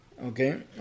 Okay